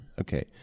Okay